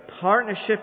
partnership